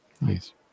Nice